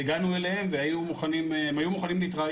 והגענו אליהם, והם היו מוכנים להתראיין.